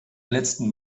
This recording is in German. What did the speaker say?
letzten